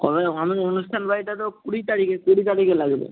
কবে হ আমি অনুষ্ঠান বাড়িটা তো কুড়ি তারিখে কুড়ি তারিখে লাগবে